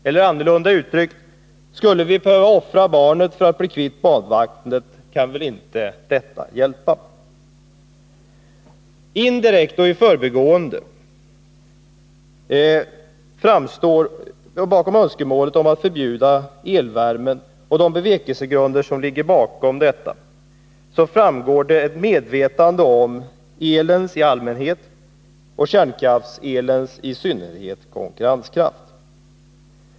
Eller annorlunda uttryckt: Skulle vi behöva offra barnet för att bli kvitt badvattnet, kan väl detta inte hjälpas. Bakom önskemålet att förbjuda elvärme och de bevekelsegrunder som ligger bakom detta framgår indirekt och i förbigående ett medvetande om elens i allmänhet och kärnkraftselens i synnerhet konkurrenskraft.